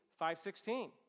5-16